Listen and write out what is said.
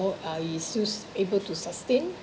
uh is you su~ able to sustain